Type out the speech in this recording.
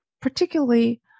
particularly